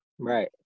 Right